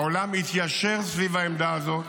העולם התיישר סביב העמדה הזו,